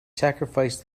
sacrifice